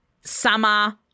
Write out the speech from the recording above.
Summer